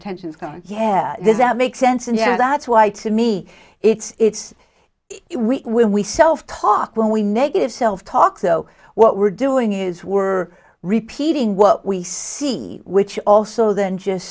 tensions can you have does that make sense and yeah that's why to me it's it we will we self talk when we negative self talk so what we're doing is we're repeating what we see which also than just